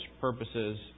purposes